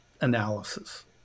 analysis